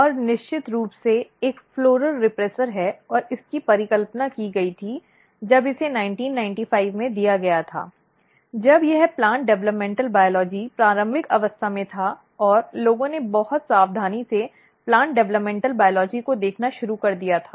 और निश्चित रूप से एक फ़्लॉरल रेप्रेस्सर है और इसकी परिकल्पना की गई थी जब इसे 1995 में दिया गया था जब यह प्लांट डेवलपमेंटल बायोलॉजी प्रारंभिक अवस्था में था और लोगों ने बहुत सावधानी से प्लांट डेवलपमेंटल बायोलॉजी को देखना शुरू कर दिया था